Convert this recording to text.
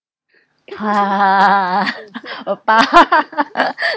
ha a bar